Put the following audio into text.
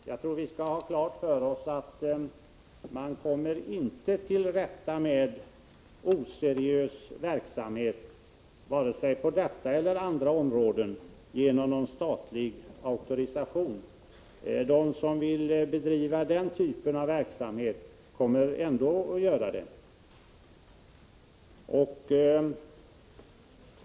Herr talman! Jag tror att vi skall ha klart för oss att man inte kommer till rätta med oseriös verksamhet vare sig på detta eller andra områden genom statlig auktorisation. De som vill bedriva den typen av verksamhet kommer ändå att göra det.